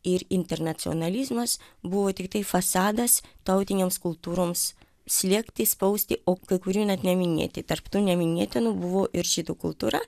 ir internacionalizmas buvo tiktai fasadas tautinėms kultūroms slėgti spausti o kai kurie net neminėti tarp tų neminėtinų buvo ir žydų kultūra